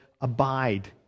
Abide